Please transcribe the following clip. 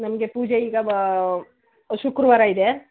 ನಮಗೆ ಪೂಜೆ ಈಗ ಶುಕ್ರವಾರ ಇದೆ